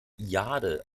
jade